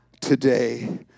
today